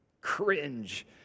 cringe